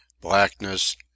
blackness